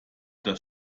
das